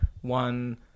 one